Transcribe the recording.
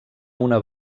una